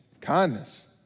kindness